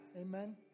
Amen